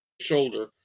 shoulder